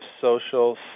social